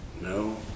No